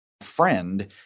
friend